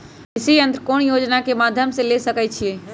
कृषि यंत्र कौन योजना के माध्यम से ले सकैछिए?